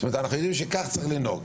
זאת אומרת אנחנו יודעים שכך צריך לנהוג.